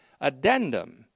addendum